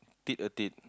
tick a date